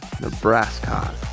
Nebraska